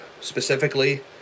specifically